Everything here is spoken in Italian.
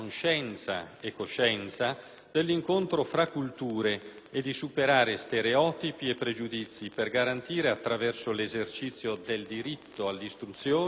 dell'incontro fra culture e di superare stereotipi e pregiudizi, per garantire, attraverso l'esercizio del diritto all'istruzione, piena cittadinanza.